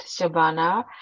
Shabana